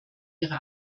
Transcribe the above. ihre